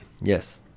yes